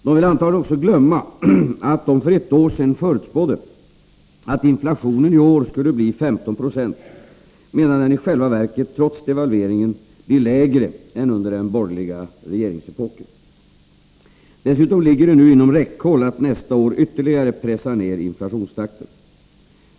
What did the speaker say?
De vill antagligen också glömma att de för ett år sedan förutspådde att inflationen i år skulle bli 15 96, medan den i själva verket, trots devalveringen, blir lägre än under den borgerliga regeringsepoken. Dessutom ligger det nu inom räckhåll att nästa år ytterligare pressa ner inflationstakten.